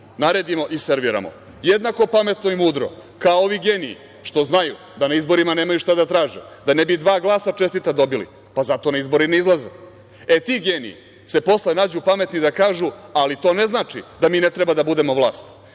naredimo i serviramo. Jednako pametno i mudro kao ovi geniji što znaju da na izborima nemaju šta da traže, da ne bi dva glasa čestita dobili, pa zato na izbore ne izlaze. E, ti geniji se posle nađu pametni da kažu, ali to ne znači da mi ne treba da budemo vlast. Nismo